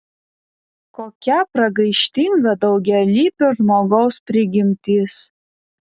kokia pragaištinga daugialypio žmogaus prigimtis